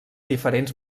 diferents